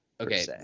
okay